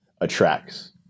attracts